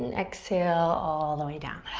and exhale all the way down.